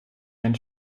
einen